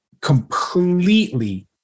completely